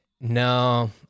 no